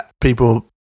people